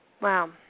Wow